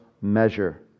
measure